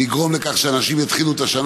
זה יגרום לכך שאנשים יתחילו את השנה